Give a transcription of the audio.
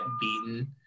beaten